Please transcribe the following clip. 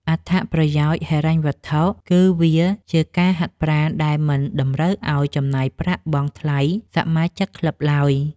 អត្ថប្រយោជន៍ហិរញ្ញវត្ថុគឺវាជាការហាត់ប្រាណដែលមិនតម្រូវឱ្យចំណាយប្រាក់បង់ថ្លៃសមាជិកក្លឹបឡើយ។